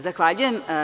Zahvaljujem.